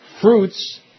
fruits